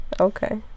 Okay